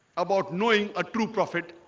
about knowing a true prophet.